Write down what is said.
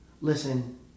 Listen